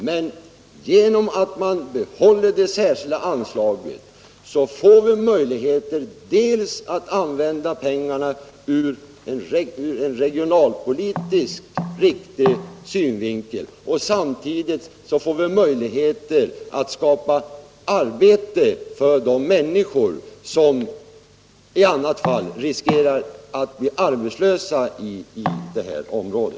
Men genom att man behåller det särskilda anslaget får vi möjligheter att använda pengarna ur regionalpolitiskt riktig synvinkel. Samtidigt får vi möjligheter att skapa arbete för de människor som i annat fall riskerar att bli arbetslösa i detta område.